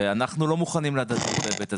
ואנחנו לא מוכנים להדדיות בהיבט הזה.